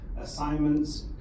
assignments